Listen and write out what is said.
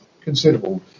considerable